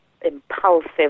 impulsive